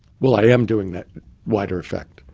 well, i am doing that wider effect.